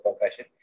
profession